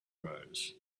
rose